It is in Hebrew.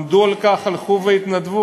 עמדו על כך, הלכו והתנדבו.